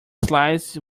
slices